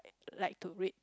like to read